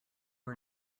are